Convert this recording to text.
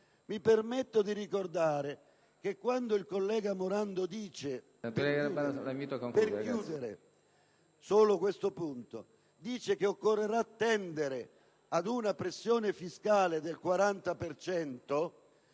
Mi permetto di ricordare che, quando il collega Morando dice che occorrerà tendere ad una pressione fiscale del 40